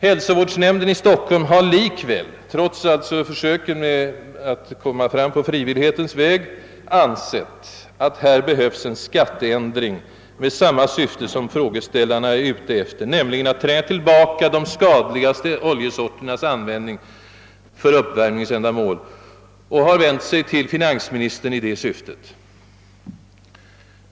Hälsovårdsnämnden i Stockholm har likväl — alltså trots åtgärderna för att komma fram på frivillighetens väg — ansett att här behövs en skatteändring med samma syfte som frågeställarna är ute efter, nämligen att tränga tillbaka de skadligaste oljesorternas användning för uppvärmningsändamål, och har vänt sig till finansministern i detta syfte.